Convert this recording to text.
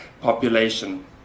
population